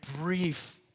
brief